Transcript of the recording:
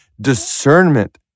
discernment